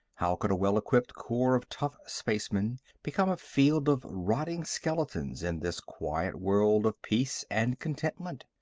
how could a well-equipped corps of tough spacemen become a field of rotting skeletons in this quiet world of peace and contentment?